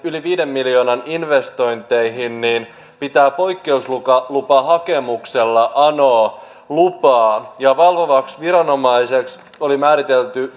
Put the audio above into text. yli viiden miljoonan investointeihin pitää poikkeuslupahakemuksella anoa lupaa ja valvovaksi viranomaiseksi on määritelty